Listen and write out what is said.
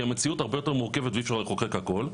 כי המציאות היא הרבה יותר מורכבת ואי אפשר לחוקק הכל,